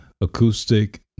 acoustic